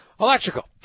Electrical